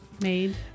Made